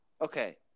okay